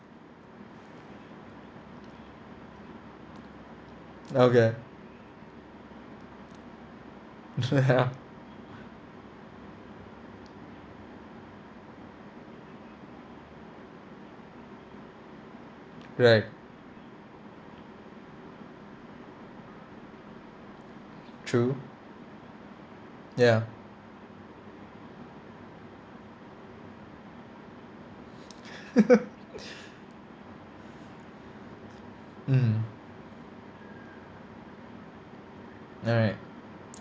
okay ya right true ya mmhmm alright